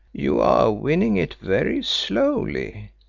you are winning it very slowly,